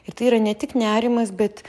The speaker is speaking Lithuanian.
ir tai yra ne tik nerimas bet